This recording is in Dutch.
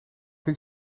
niet